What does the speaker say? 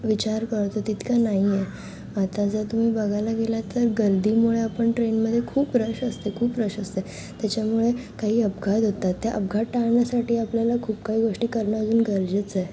विचार करतो तितकं नाही आहे आता जर तुम्ही बघायला गेलात तर गर्दीमुळे आपण ट्रेनमध्ये खूप रश असते खूप रश असते त्याच्यामुळे काही अपघात होतात ते अपघात टाळण्यासाठी आपल्याला खूप काही गोष्टी करणं अजून गरजेचं आहे